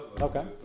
Okay